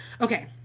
Okay